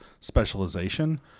specialization